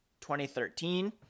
2013